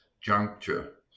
juncture